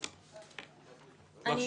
בבקשה.